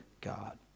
God